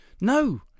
No